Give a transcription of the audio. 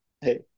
Hey